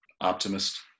optimist